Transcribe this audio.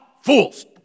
fools